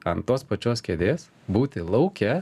ant tos pačios kėdės būti lauke